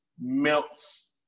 melts